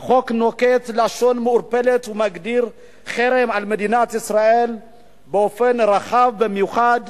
"החוק נוקט לשון מעורפלת ומגדיר 'חרם על מדינת ישראל' באופן רחב במיוחד,